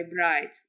bride